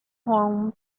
home